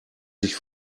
sich